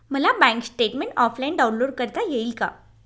मला bank statement offline download करता येईल का?